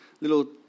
little